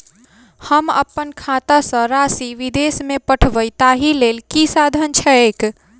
हम अप्पन खाता सँ राशि विदेश मे पठवै ताहि लेल की साधन छैक?